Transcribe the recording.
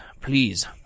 Please